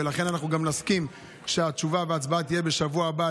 ולכן נסכים שהתשובה וההצבעה יהיו בשבוע הבא,